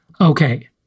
Okay